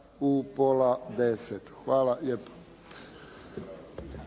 u pola deset. Hvala lijepo.